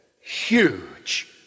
Huge